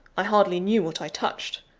i hardly knew what i touched.